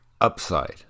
upside